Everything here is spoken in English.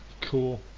Cool